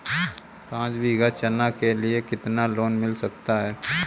पाँच बीघा चना के लिए कितना लोन मिल सकता है?